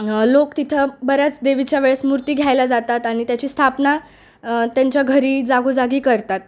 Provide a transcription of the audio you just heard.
लोक तिथं बऱ्याच देवीच्या वेळेस मूर्ती घ्यायला जातात आणि त्याची स्थापना त्यांच्या घरी जागोजागी करतात